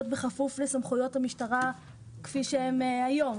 בכפוף לסמכויות המשטרה כפי שהן היום.